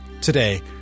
Today